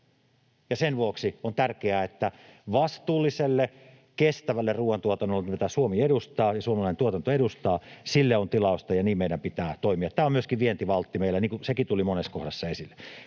sen vuoksi on tärkeää, että vastuulliselle kestävälle ruoantuotannolle, mitä Suomi edustaa ja suomalainen tuotanto edustaa, sille on tilausta, ja niin meidän pitää toimia. Tämä on myöskin vientivaltti meillä, niin kuin sekin tuli monessa kohdassa esille.